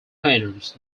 painters